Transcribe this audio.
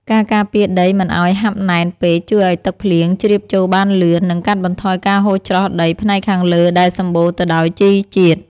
ការការពារដីមិនឱ្យហាប់ណែនពេកជួយឱ្យទឹកភ្លៀងជ្រាបចូលបានលឿន និងកាត់បន្ថយការហូរច្រោះដីផ្នែកខាងលើដែលសម្បូរទៅដោយជីជាតិ។